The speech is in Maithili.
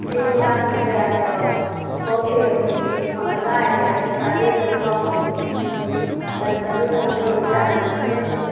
एक लाख रुपैआ तऽ बहुते महगाइ हइ कनि थोड़ा रेट कम करबै तबे तऽ हमरो जान बचतै